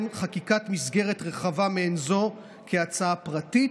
חקיקת מסגרת רחבה מעין זו כהצעה פרטית,